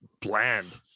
bland